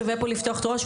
שווה פה לפתוח את הראש.